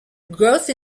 growth